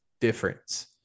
difference